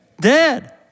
dead